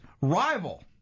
rival